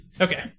Okay